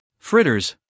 fritters